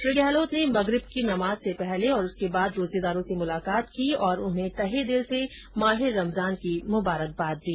श्री गहलोत ने मगरिब की नमाज से पहले और उसके बाद रोजेदारों से मुलाकात की और उन्हें तहेदिल से माहे रमजान की मुबारकबाद दी